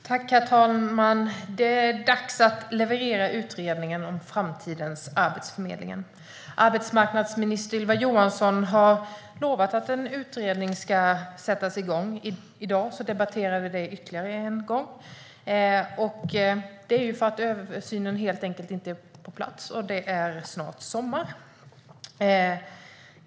Herr talman! Det är dags att leverera utredningen om framtidens arbetsförmedling. Arbetsmarknadsminister Ylva Johansson har lovat att en utredning ska sättas igång. I dag debatterar vi detta ytterligare en gång. Det är helt enkelt för att utredningen inte är på plats, och det är snart sommar.